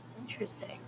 Interesting